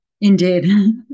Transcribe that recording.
indeed